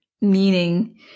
Meaning